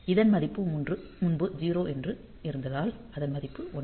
இதன் மதிப்பு முன்பு 0 ஆக இருந்தால் இதன் மதிப்பு 1